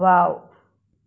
wow